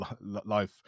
life